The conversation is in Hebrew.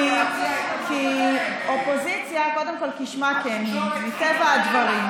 כי אופוזיציה, קודם כול, כשמה כן היא, התקשורת,